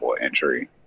entry